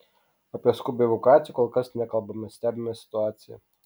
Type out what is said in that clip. apie skubią evakuaciją kol kas nekalbame stebime situaciją